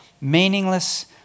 meaningless